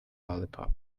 lollipop